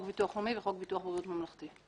ביטוח לאומי וחוק ביטוח בריאות ממלכתי.